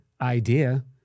idea